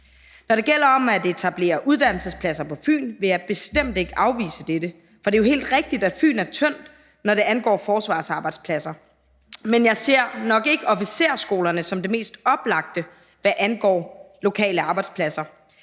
Når det gælder om at etablere uddannelsespladser på Fyn, vil jeg bestemt ikke afvise dette, for det er jo helt rigtigt, at Fyn er tyndt besat, når det angår forsvarsarbejdspladser, men jeg ser nok ikke officersskolerne som det mest oplagte, hvad angår lokale arbejdspladser.